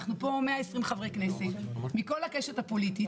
אנחנו פה 120 חברי כנסת מכל הקשת הפוליטית,